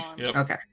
Okay